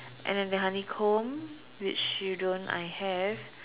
and then the honeycomb which you don't I have